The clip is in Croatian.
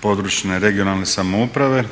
područne (regionalne) samouprave.